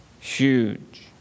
Huge